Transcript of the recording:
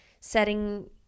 setting